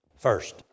First